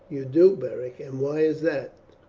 you do, beric! and why is that?